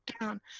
down